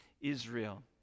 Israel